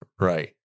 Right